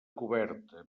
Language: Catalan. coberta